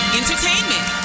entertainment